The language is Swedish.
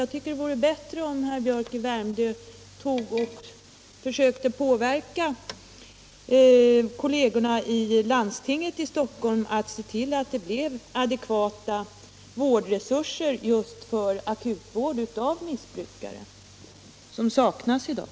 Jag tycker det vore bättre om han försökte påverka kollegerna i Stockholms läns landsting att se till att man får adekvata vårdresurser just för akutvård av missbrukare. Det är något som saknas i dag.